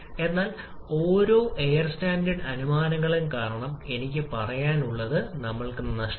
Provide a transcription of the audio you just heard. നിങ്ങൾ വളരെ ഉയർന്ന താപനിലയിലേക്ക് പോകുമ്പോൾ താപനില സാധാരണയായി 1000 0C കവിയുമ്പോൾ ഇത് സംഭവിക്കുന്നു